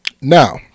Now